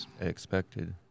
expected